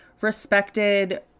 respected